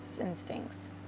instincts